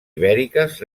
ibèriques